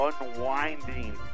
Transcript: unwinding